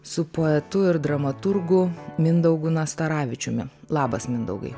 su poetu ir dramaturgu mindaugu nastaravičiumi labas mindaugai